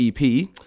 EP